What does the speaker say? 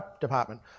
department